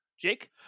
Jake